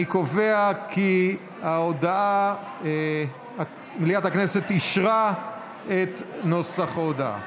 אני קובע כי מליאת הכנסת אישרה את נוסח ההודעה.